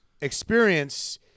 experience